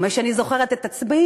ומאז שאני זוכרת את עצמי,